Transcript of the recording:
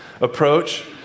approach